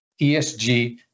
ESG